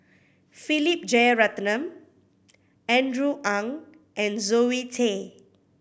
Philip Jeyaretnam Andrew Ang and Zoe Tay